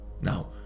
Now